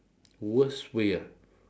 worst way ah